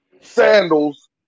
sandals